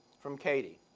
from katie.